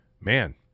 man